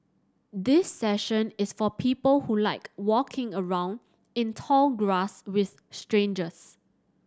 this session is for people who like walking around in tall grass with strangers